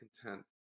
content